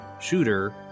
shooter